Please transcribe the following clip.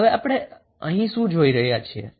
હવે અહીં આપણે શું જોઈ રહ્યા છીએ